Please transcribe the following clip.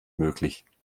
möglich